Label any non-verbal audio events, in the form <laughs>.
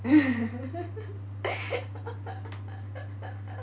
<laughs>